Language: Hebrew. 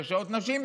יש עוד נשים?